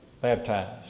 baptized